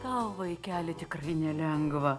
tau vaikeli tikrai nelengva